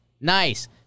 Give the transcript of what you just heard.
Nice